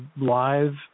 live